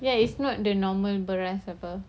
ya it's not the normal beras apa